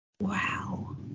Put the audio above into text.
wow